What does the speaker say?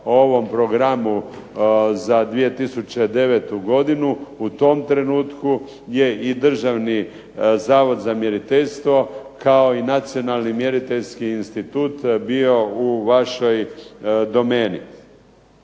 ovom programu za 2009. godinu, u tom trenutku je i Državni zavod za mjeriteljstvo kao i Nacionalni mjeriteljski institut bio u vašoj domeni.